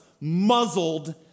muzzled